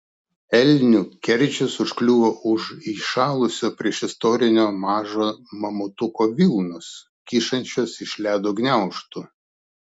elnių kerdžius užkliuvo už įšalusio priešistorinio mažo mamutuko vilnos kyšančios iš ledo gniaužtų